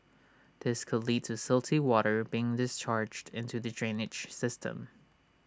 this could lead to silty water being discharged into the drainage system